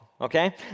okay